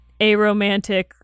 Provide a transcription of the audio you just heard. aromantic